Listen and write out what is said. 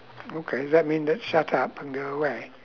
okay does that mean that shut up and go away